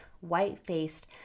white-faced